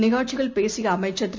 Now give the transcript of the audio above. நிகழ்ச்சியில் பேசியஅமைச்சர் திரு